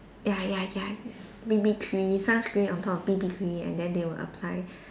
ya ya ya B_B cream sunscreen on top of B_B cream and then they will apply